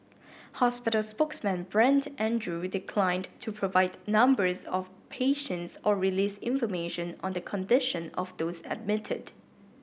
hospital spokesman Brent Andrew declined to provide numbers of patients or release information on the condition of those admitted